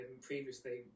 previously